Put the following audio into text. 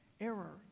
Error